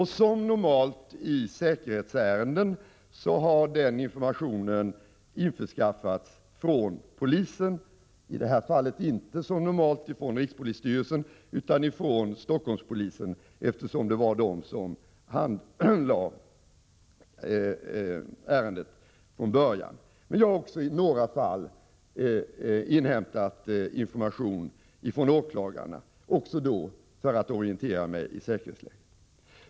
Som normalt i säkerhetsärenden har den informationen införskaffats från polisen —i det här fallet inte som normalt från rikspolisstyrelsen utan från Stockholmspolisen, eftersom det var Stockholmspolisen som handlade ärendet från början. Jag har också i några fall inhämtat information från åklagarna — även då för att informera mig om säkerhetsläget.